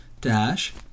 Dash